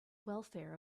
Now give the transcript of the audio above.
welfare